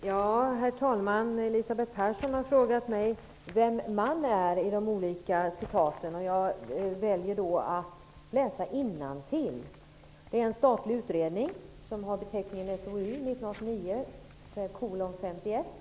Herr talman! Elisabeth Persson frågade mig vem ''man'' är i de olika citaten. Jag väljer att läsa innantill från en statlig utredning, SOU 1989:51.